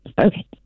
Okay